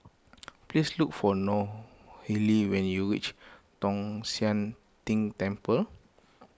please look for Nohely when you reach Tong Sian Tng Temple